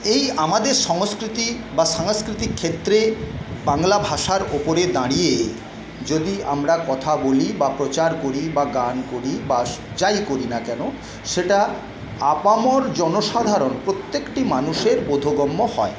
এই আমাদের সংস্কৃতি বা সাংস্কৃতিক ক্ষেত্রে বাংলা ভাষার ওপরে দাঁড়িয়ে যদি আমরা কথা বলি বা প্রচার করি বা গান করি বা যাই করি না কেন সেটা আপামর জনসাধারণ প্রত্যেকটি মানুষের বোধগম্য হয়